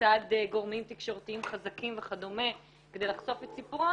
מצד גורמים תקשורתיים חזקים וכדומה כדי לחשוף את סיפורן